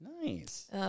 Nice